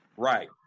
right